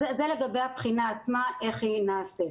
זה לגבי הבחינה עצמה, איך היא נעשית.